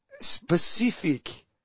specific